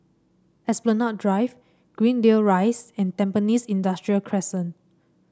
Esplanade Drive Greendale Rise and Tampines Industrial Crescent